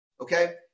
Okay